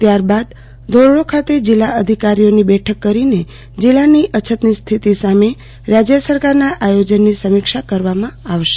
ત્યારબાદ ધોરડો ખાતે જિલ્લા અધિકારીઓની બેઠક કરીન જિલ્લાની અછત ની સ્થિતિ સામે રાજય સરકારની આયોજનની સમીક્ષા કરવામાં આવશે